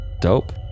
Dope